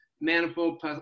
manifold